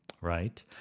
right